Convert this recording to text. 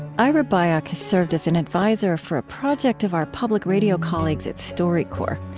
ira byock has served as an advisor for a project of our public radio colleagues at storycorps.